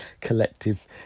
collective